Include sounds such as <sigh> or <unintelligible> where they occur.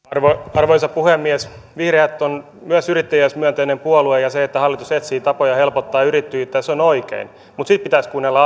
arvoisa puhemies vihreät on myös yrittäjyysmyönteinen puolue ja se että hallitus etsii tapoja helpottaa yrittäjyyttä on oikein mutta sitten pitäisi kuunnella <unintelligible>